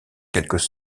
quelques